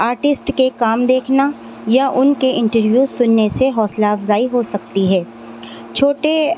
artist کے کام دیکھنا یا ان کے انٹرویوز سننے سے حوصلہ افزائی ہو سکتی ہے چھوٹے